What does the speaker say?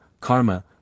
karma